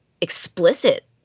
explicit